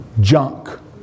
junk